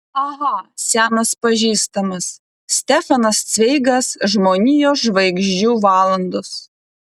aha senas pažįstamas stefanas cveigas žmonijos žvaigždžių valandos